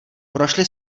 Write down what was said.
prošli